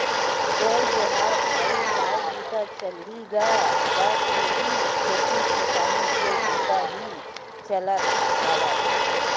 जय जोहार भाई काय बूता चलही गा बस उही खेती किसानी के बुता ही चलत हवय